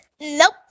Nope